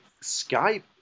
Skype